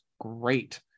great